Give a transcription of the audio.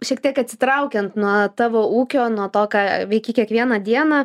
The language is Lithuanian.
šiek tiek atsitraukiant nuo tavo ūkio nuo to ką veiki kiekvieną dieną